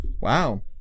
Wow